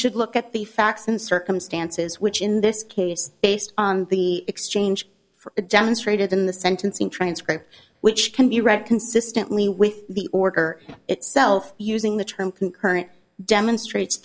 should look at the facts and circumstances which in this case based on the exchange for a demonstrated in the sentencing transcript which can be read consistently with the order itself using the term concurrent demonstrates